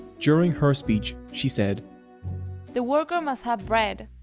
during her speech she said the worker must have bread,